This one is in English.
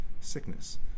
sickness